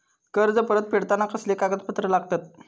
कर्ज परत फेडताना कसले कागदपत्र लागतत?